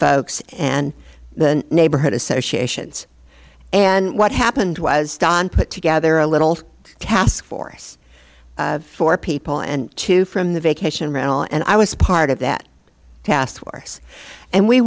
folks and the neighborhood associations and what happened was don put together a little task for us four people and two from the vacation rental and i was part of that task force and we